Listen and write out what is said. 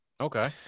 Okay